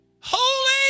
Holy